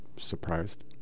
surprised